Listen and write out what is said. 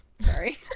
Sorry